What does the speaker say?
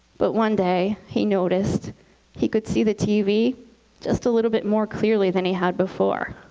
but one day, he noticed he could see the tv just a little bit more clearly than he had before.